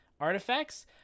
artifacts